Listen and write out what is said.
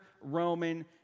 Roman